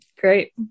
Great